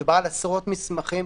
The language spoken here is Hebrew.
מדובר על עשרות מסמכים,